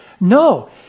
No